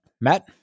Matt